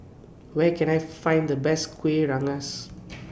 Where Can I Find The Best Kueh Rengas